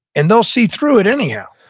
and they'll see through it, anyhow.